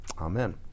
Amen